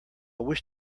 wish